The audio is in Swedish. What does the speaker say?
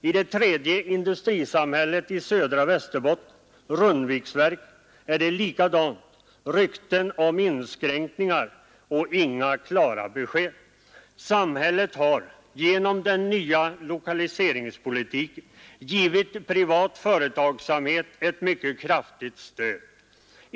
I det tredje industrisamhället i södra Västerbotten, nämligen Rundviksverken, är det likadant: rykten om inskränkningar men inga klara besked. Samhället har genom den nya lokaliseringspolitiken givit den privata företagsamheten ett mycket kraftigt stöd.